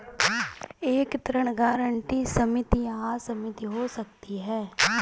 एक ऋण गारंटी सीमित या असीमित हो सकती है